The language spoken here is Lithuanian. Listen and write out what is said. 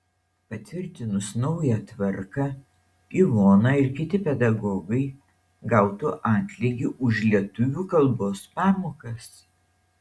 patvirtinus naują tvarką ivona ir kiti pedagogai gautų atlygį už lietuvių kalbos pamokas